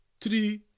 three